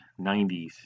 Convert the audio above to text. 90s